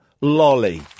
lolly